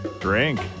Drink